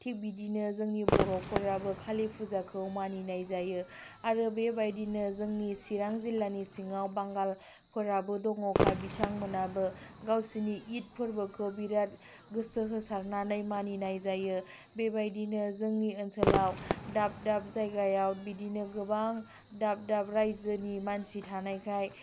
थिग बिदिनो जोंनि बर'फोराबो कालि फुजाखौ मानिनाय जायो आरो बेबायदिनो जोंनि चिरां जिल्लानि सिङाव बांगालफोराबो दङखाय बिथांमोनहाबो गावसिनि इट फोरबोखौ बेराद गोसो होसारनानै मानिनाय जायो बेबायदिनो जोंनि ओनसोलाव दाब दाब जायगायाव बिदिनो गोबां दाब दाब रायजोनि मानसि थानायखाय